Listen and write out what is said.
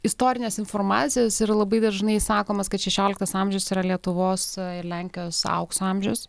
istorinės informacijos ir labai dažnai sakoma kad šešioliktas amžius yra lietuvos ir lenkijos aukso amžius